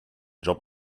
job